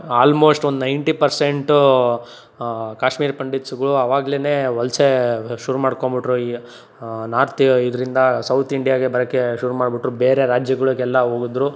almost ಒಂದು ninety percent Kashmiri ಪಂಡಿತ್ಸುಗುಳು ಆವಾಗ್ಲೇ ವಲಸೆ ಶುರು ಮಾಡ್ಕೊಂಬುಟ್ರು ಈ ನಾರ್ತು ಇದರಿಂದ ಸೌತ್ ಇಂಡಿಯಾಗೆ ಬರೋಕ್ಕೆ ಶುರು ಮಾಡಿಬಿಟ್ರು ಬೇರೆ ರಾಜ್ಯಗಳಿಗೆಲ್ಲ ಹೋದ್ರು